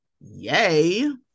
yay